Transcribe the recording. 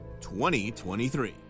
2023